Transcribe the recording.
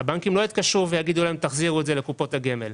הבנקים לא יתקשרו ויגידו להם: "תחזירו את זה לקופות הגמל".